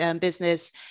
business